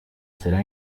será